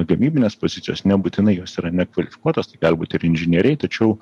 gamybinės pozicijos nebūtinai jos yra nekvalifikuotos tai gali būti ir inžinieriai tačiau